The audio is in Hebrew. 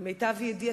לפי מיטב ידיעתי,